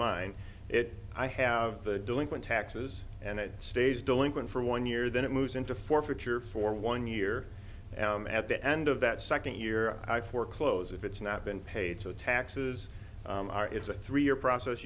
mine it i have the delinquent taxes and it stays delinquent for one year then it moves into forfeiture for one year at the end of that second year i foreclose if it's not been paid so taxes are it's a three year process